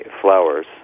flowers